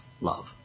love